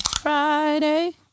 Friday